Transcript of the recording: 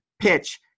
pitch